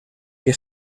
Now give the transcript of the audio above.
que